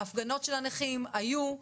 ההפגנות של הנכים היו,